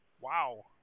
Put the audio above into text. Wow